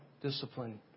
Discipline